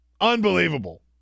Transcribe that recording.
Unbelievable